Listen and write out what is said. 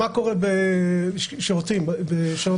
מה קורה כאשר הקונסוליה סגורה.